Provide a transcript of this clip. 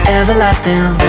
everlasting